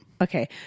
Okay